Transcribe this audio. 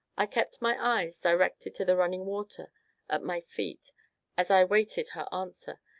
i kept my eyes directed to the running water at my feet as i waited her answer,